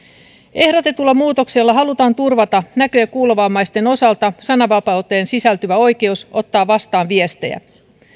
ehdotetulla muutoksella halutaan turvata näkö ja kuulovammaisten osalta sananvapauteen sisältyvä oikeus ottaa vastaan viestejä